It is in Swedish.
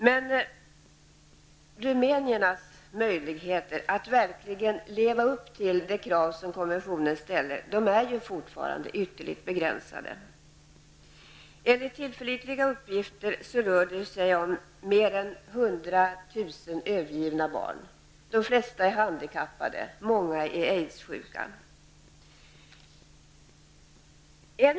Men rumänernas möjligheter att verkligen leva upp till de krav som konventionen ställer är ytterligt begränsade. Enligt tillförlitliga uppgifter rör det sig om mer än 100 000 övergivna barn. De flesta är handikappade, många är aidssjuka.